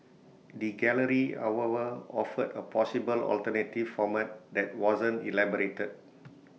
the gallery however offered A possible alternative format that wasn't elaborated